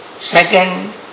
second